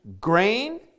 grain